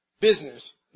business